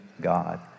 God